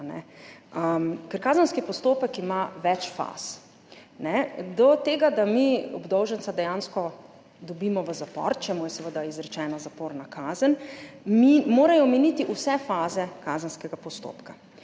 Ker kazenski postopek ima več faz. Do tega, da mi obdolženca dejansko dobimo v zapor, če mu je seveda izrečena zaporna kazen, morajo miniti vse faze kazenskega postopka.